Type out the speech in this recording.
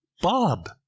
Bob